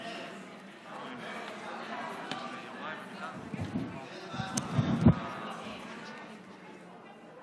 חבר הכנסת טיבי, מה עמדת מרצ בנושא?